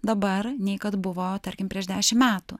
dabar nei kad buvo tarkim prieš dešimt metų